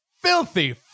filthy